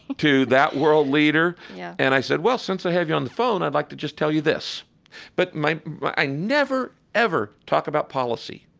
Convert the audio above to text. to that world leader? yeah and i said, well, since i have you on the phone, i'd like to just tell you this but my i never ever talk about policy.